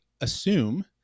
assume